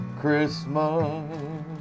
christmas